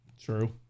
True